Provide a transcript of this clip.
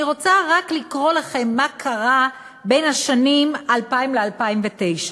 אני רוצה רק לקרוא לכם מה קרה בין השנים 2000 ו-2009: